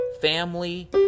family